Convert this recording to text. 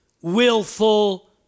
willful